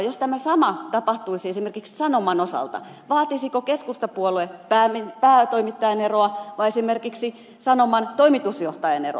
jos tämä sama tapahtuisi esimerkiksi sanoman osalta vaatisiko keskustapuolue päätoimittajan eroa vai esimerkiksi sanoman toimitusjohtajan eroa